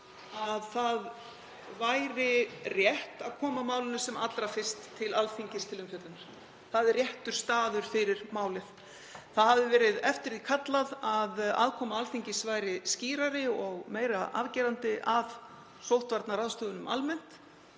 að rétt væri að koma málinu sem allra fyrst til Alþingis til umfjöllunar. Það er réttur staður fyrir málið. Kallað hafði verið eftir því að aðkoma Alþingis væri skýrari og meira afgerandi að sóttvarnaráðstöfunum almennt.